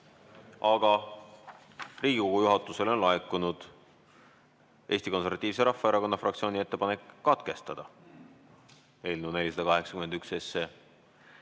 Aga Riigikogu juhatusele on laekunud Eesti Konservatiivse Rahvaerakonna fraktsiooni ettepanek katkestada eelnõu 481